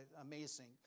amazing